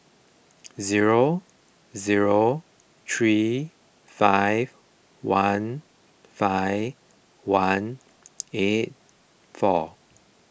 zero zero three five one five one eight four